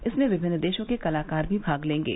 इसमें विभिन्न देशों के कलाकार भी भाग लेंगे